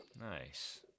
nice